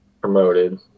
promoted